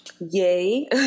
Yay